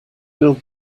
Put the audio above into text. build